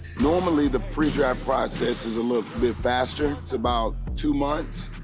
normally the predraft process is a little bit faster. it's about two months.